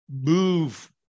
move